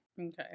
Okay